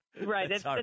Right